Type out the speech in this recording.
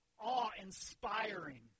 awe-inspiring